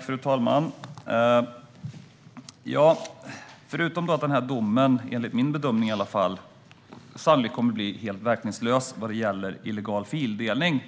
Fru talman! Förutom att domen, i alla fall enligt min bedömning, sannolikt kommer att bli helt verkningslös när det gäller illegal fildelning